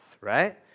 right